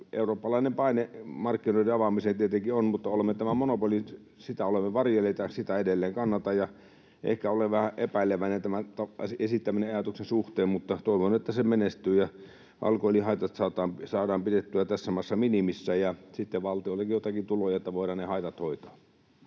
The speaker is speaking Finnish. Eurooppalainen paine markkinoiden avaamiseen tietenkin on, mutta olemme tätä monopolia varjelleet, ja sitä edelleen kannatan. Ehkä olen vähän epäileväinen tämän esittämäni ajatuksen suhteen, mutta toivon, että se menestyy ja alkoholihaitat saadaan pidettyä tässä maassa minimissä, ja sitten valtiollekin jotenkin tuloja, että voidaan ne haitat hoitaa.